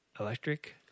Electric